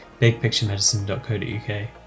bigpicturemedicine.co.uk